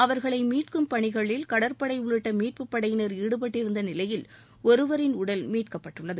அவர்களை மீட்கும் பணிகளில் கடற்படை உள்ளிட்ட மீட்பு படையினர் ஈடுபட்டிருந்த நிலையில் ஒருவரின் உடல் மீட்கப்பட்டுள்ளது